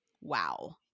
Wow